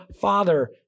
father